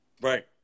Right